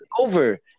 over